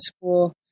school